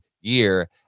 year